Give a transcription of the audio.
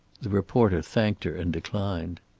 the reporter thanked her and declined.